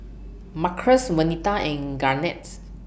Marcus Venita and Garnetts